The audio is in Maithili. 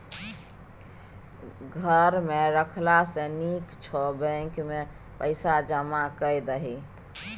घर मे राखला सँ नीक छौ बैंकेमे पैसा जमा कए दही